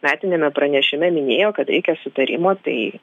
metiniame pranešime minėjo kad reikia sutarimo tai